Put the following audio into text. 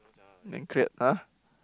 then cleared !huh!